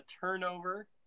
turnover